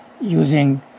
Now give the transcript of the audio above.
using